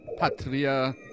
Patria